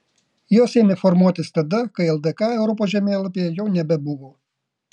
jos ėmė formuotis tada kai ldk europos žemėlapyje jau nebebuvo